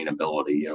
sustainability